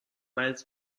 miles